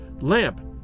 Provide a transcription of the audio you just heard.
lamp